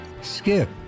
Skip